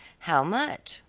how much?